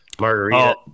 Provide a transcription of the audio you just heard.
margarita